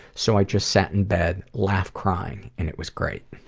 so i just sat in bed, laugh crying. and it was great.